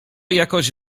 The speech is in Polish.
jakoś